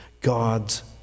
God's